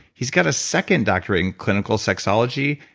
he's got a second doctorate in clinical sexology.